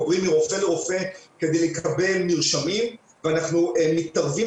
עוברים מרופא לרופא כדי לקבל מרשמים ואנחנו מתערבים